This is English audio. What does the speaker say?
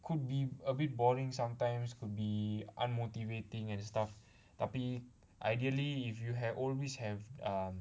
could be a bit boring sometimes could be unmotivating and stuff tapi ideally if you have always have err